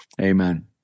Amen